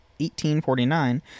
1849